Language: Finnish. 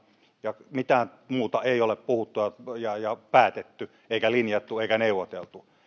ja mitään muuta ei ole puhuttu eikä päätetty eikä linjattu eikä neuvoteltu